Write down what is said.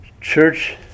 church